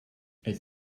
it’s